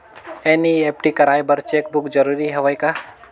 NEFT कराय बर cheque book जरूरी हवय का?